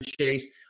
Chase